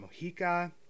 Mojica